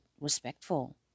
respectful